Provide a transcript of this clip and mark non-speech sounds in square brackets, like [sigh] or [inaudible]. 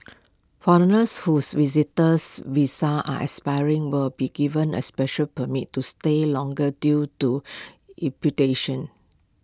foreigners whose visitors visas are expiring will be given A special permit to stay longer due to [unintelligible]